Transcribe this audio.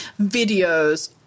videos